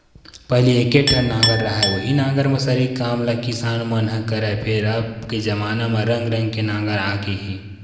पहिली एके ठन नांगर रहय उहीं नांगर म सरी काम ल किसान मन ह करय, फेर अब के जबाना म रंग रंग के नांगर आ गे हे